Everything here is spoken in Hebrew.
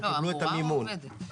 הם קיבלו את המימון.